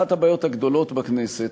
אחת הבעיות הגדלות בכנסת,